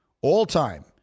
all-time